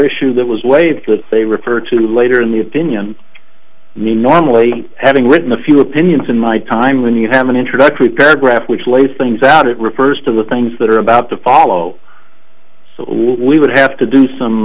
issue that was waived that they refer to later in the opinion you normally having written a few opinions in my time when you have an introductory paragraph which lay things out it refers to the things that are about to follow so we would have to do some